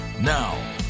Now